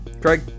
Craig